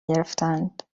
گرفتند